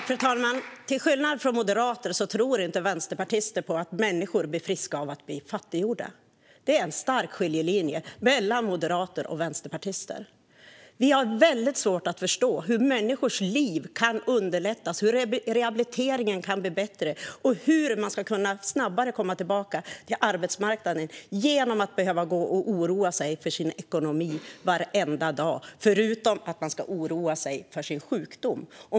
Fru talman! Till skillnad från moderater tror inte vänsterpartister att människor blir friska av att bli fattiggjorda. Det är en stark skiljelinje mellan moderater och vänsterpartister. Vi har mycket svårt att förstå hur människors liv kan underlättas, hur rehabiliteringen kan bli bättre och hur de snabbare ska kunna komma tillbaka till arbetsmarknaden genom att behöva gå och oroa sig för sin ekonomi varenda dag, förutom att de ska oroa sig för sin sjukdom.